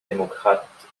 démocrate